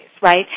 right